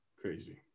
Crazy